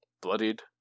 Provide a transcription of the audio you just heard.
bloodied